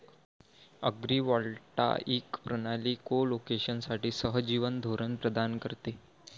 agrivoltaic प्रणाली कोलोकेशनसाठी सहजीवन धोरण प्रदान करते